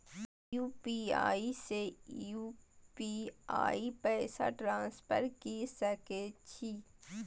UPI से UPI पैसा transfer की सके छी?